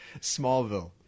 Smallville